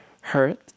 hurt